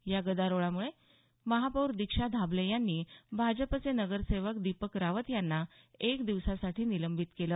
या गदारोळामुळे महापौर दीक्षा धाबले यांनी भाजपचे नगरसेवक दीपक रावत यांना एक दिवसासाठी निलंबित केले